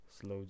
slow